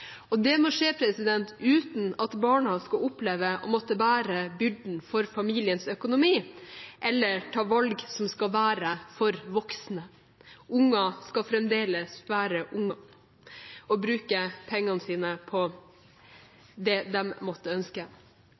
og det må skje uten at barna skal oppleve å måtte bære byrden for familiens økonomi, eller ta valg som voksne skal ta. Unger skal fremdeles være unger og bruke pengene sine på det de måtte ønske.